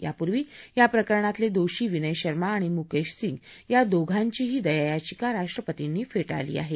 यापूर्वी या प्रकरणातले दोषी विनय शर्मा आणि मुकेश सिंग या दोघांचीही दया याविका राष्ट्रपतींनी फे ळली आहे